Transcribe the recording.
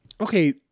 okay